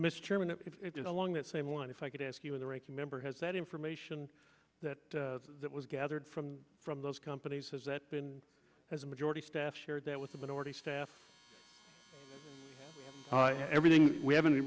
is along that same one if i could ask you in the ranking member has that information that was gathered from from those companies has that been has a majority staff share that with the minority staff everything we haven't